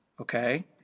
okay